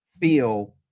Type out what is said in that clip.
feel